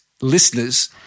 listeners